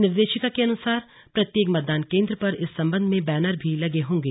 निर्देशिका के अनुसार प्रत्येक मतदान केंद्र पर इस संबंध में बैनर भी लगे होंगे